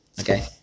okay